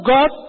God